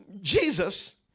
jesus